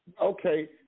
Okay